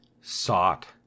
sought